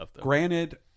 granted